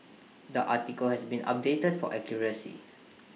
the article has been updated for accuracy